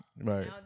Right